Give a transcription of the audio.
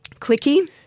Clicky